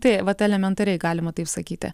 tai vat elementariai galima taip sakyti